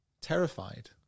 terrified